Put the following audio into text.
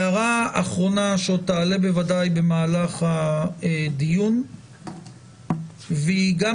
הערה אחרונה שבוודאי עוד תעלה במהלך הדיון והיא גם